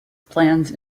plans